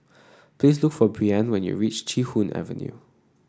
please look for Brianne when you reach Chee Hoon Avenue